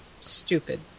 stupid